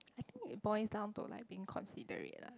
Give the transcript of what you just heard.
I think it boils down to like being considerate ah